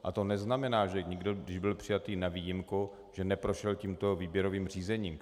A to neznamená, že někdo, když byl přijatý na výjimku, neprošel tímto výběrovým řízením.